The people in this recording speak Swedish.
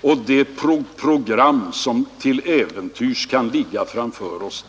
och det program som där till äventyrs kan ligga framför oss.